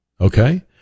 Okay